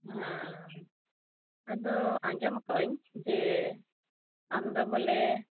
ᱦᱮᱸ ᱟᱫᱚ ᱟᱸᱡᱚᱢ ᱟᱠᱟᱫᱟᱹᱧ ᱡᱮ ᱟᱢᱫᱚ ᱵᱚᱞᱮ